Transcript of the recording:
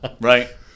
right